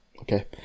Okay